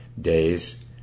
days